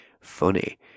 funny